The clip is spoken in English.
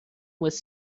with